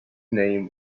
name